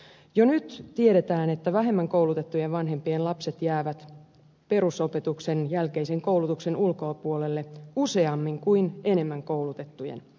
jo nyt tiedetään että vähemmän koulutettujen vanhempien lapset jäävät perusopetuksen jälkeisen koulutuksen ulkopuolelle useammin kuin enemmän koulutettujen